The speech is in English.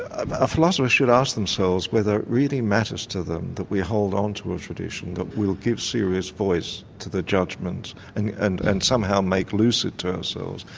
ah a philosopher should ask themselves whether it really matters to them that we hold on to a tradition that will give serious voice to the judgments and and and somehow make lucid to ourselves,